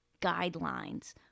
guidelines